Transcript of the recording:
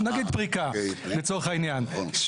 נגיד פריקה, לצורך העניין.